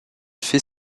fait